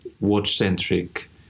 watch-centric